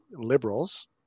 liberals